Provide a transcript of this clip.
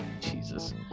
Jesus